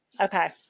Okay